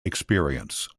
experience